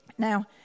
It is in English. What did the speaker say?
Now